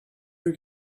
were